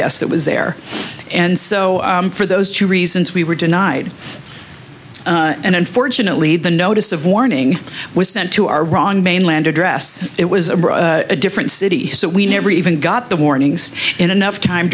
guess that was there and so for those two reasons we were denied and unfortunately the notice of warning was sent to our wrong mainland address it was a different city so we never even got the warnings in enough time